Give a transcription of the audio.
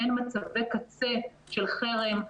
לבין מצבי קצה של חרם,